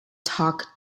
talk